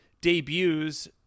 debuts